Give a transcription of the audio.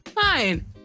Fine